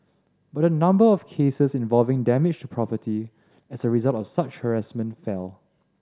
but the number of cases involving damage to property as a result of such harassment fell